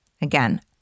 Again